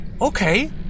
Okay